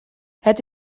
het